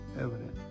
evident